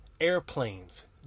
airplanes